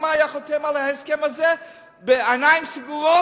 קדימה היתה חותמת על ההסכם הזה בעיניים סגורות,